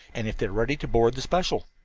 and if they were ready to board the special.